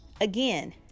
again